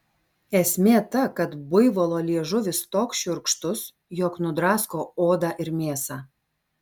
esmė ta kad buivolo liežuvis toks šiurkštus jog nudrasko odą ir mėsą